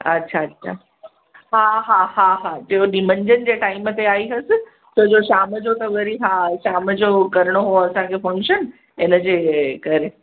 अच्छा अच्छा हा हा हा हा टियों ॾींहं मंझंदि जे टाइम ते आई हुअसि छो जो शाम जो त वरी हा शाम जो करिणो हो असांखे फक्शन इन जे करे